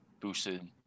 boosted